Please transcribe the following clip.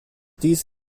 dies